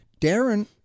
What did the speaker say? Darren